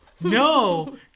No